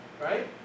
right